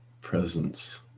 presence